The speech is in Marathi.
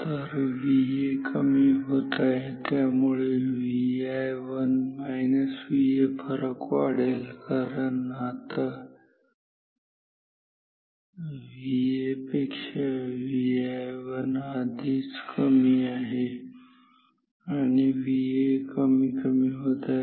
तर VA कमी होत आहे आणि त्यामुळे Vi1 VA फरक वाढेल कारण VA पेक्षा Vi1 आधीच कमी आहे आणि VA कमी कमी होत आहे